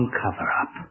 cover-up